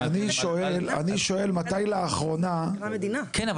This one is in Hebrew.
אני שואל מתי לאחרונה --- כן,